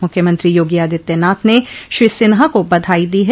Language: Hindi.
मुख्यमंत्री योगी आदित्यनाथ ने श्री सिन्हा को बधाई दी है